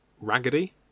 raggedy